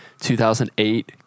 2008